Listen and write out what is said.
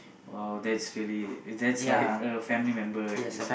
!wow! that's really that's like a family member it's